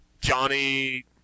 Johnny